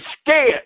scared